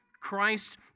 Christ